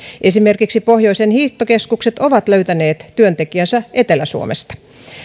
esimerkiksi pohjoisen hiihtokeskukset ovat löytäneet työntekijänsä etelä suomesta